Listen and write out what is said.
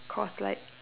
cause like